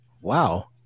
Wow